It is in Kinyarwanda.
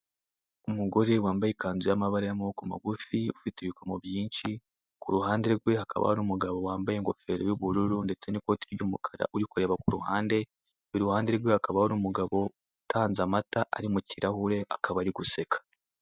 Umugore wambaye ikanzu y'amabara y'amaboko magufi, ufite ibikomo byinshi ku ruhande rwe hakaba hari umugabo wambaye ingofero y'ubururu ndetse n' ikote ry'umukara uri kureba ku ruhande, i ruhande rwe hakaba hari umugabo utanze amata ari mu kirahure, akaba ari guseka.